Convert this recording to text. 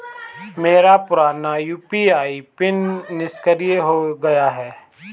मेरा पुराना UPI PIN निष्क्रिय हो गया है